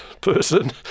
person